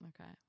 okay